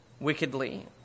Wickedly